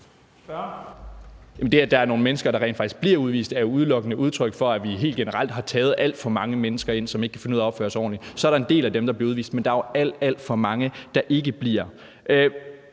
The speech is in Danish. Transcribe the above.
det, at der er nogle mennesker, der rent faktisk bliver udvist, er jo udelukkende et udtryk for, at vi helt generelt har taget alt for mange mennesker ind, som ikke kan finde ud af at opføre sig ordentligt. Og så er der en del af dem, der bliver udvist, men der er jo alt, alt for mange, der ikke bliver